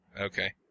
Okay